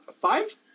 Five